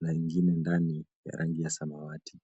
na nyingine ndani ya rangi ya samawati.